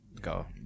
go